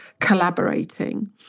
collaborating